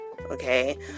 Okay